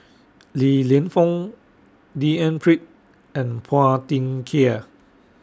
Li Lienfung D N Pritt and Phua Thin Kiay